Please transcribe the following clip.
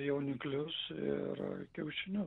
jauniklius ir kiaušinius